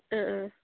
अँ अँ